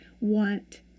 want